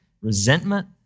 resentment